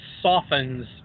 softens